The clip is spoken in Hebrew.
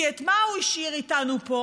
כי את מה הוא השאיר איתנו פה?